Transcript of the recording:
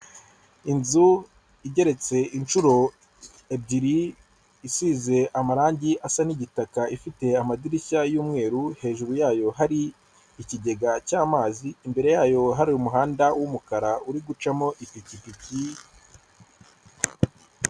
Inzu igeretse inshuro ebyiri, isize amarangi asa n'igitaka, ifite amadirishya y'umweru, hejuru yayo hari ikigega cy'amazi. Imbere ya yo hari umuhanda w'umukara uri gucamo ipikipiki.